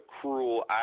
cruel